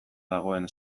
dagoen